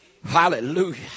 Hallelujah